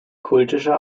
kultische